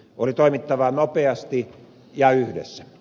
oli toimittava nopeasti ja yhdessä